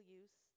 use